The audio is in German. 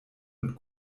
und